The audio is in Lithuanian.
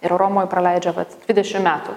ir romoj praleidžia vat dvidešim metų